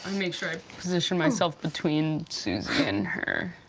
um make sure i position myself between suzie and her.